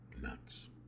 Nuts